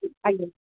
ଆଜ୍ଞା